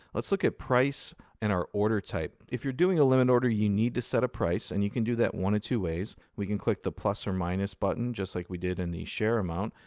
let's look at price and our order type. if you're doing a loan and order, you need to set a price, and you can do that one of two ways. we can click the plus or minus button just like we did in the share amount,